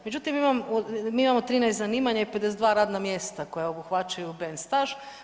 Međutim, mi imamo 13 zanimanja i 52 radna mjesta koja obuhvaćaju ben staž.